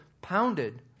pounded